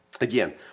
again